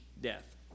death